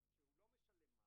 כ"ה בכסלו תשע"ט,